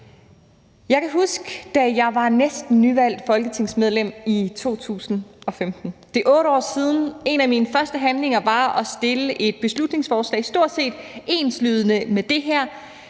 Jeg kan huske, da jeg var næsten nyvalgt folketingsmedlem i 2015. Det er 8 år siden, og en af min første handlinger var at fremsætte et beslutningsforslag stort set enslydende med det her.